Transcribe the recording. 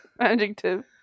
Adjective